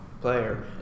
player